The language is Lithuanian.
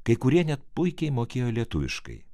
kai kurie net puikiai mokėjo lietuviškai